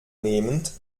nehmend